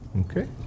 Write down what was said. Okay